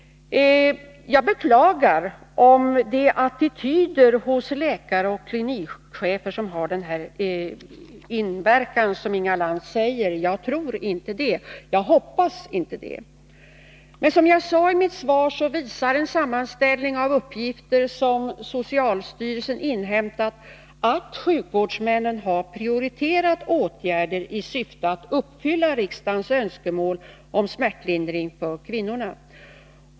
Jag beklagar om läkares och klinikchefers attityder har den inverkan som Inga Lantz säger. Jag hoppas att det inte förhåller sig så. Som jag sade i mitt svar visar en sammanställning av uppgifter som socialstyrelsen inhämtat att sjukvårdshuvudmännen har prioriterat åtgärder i syfte att uppfylla riksdagens önskemål om smärtlindring för kvinnorna.